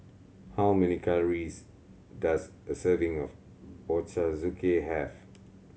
how many calories does a serving of Ochazuke have